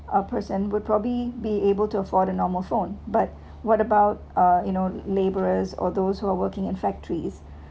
a person would probably be able to afford a normal phone but what about uh you know laborers or those who are working in factories